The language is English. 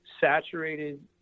saturated